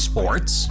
Sports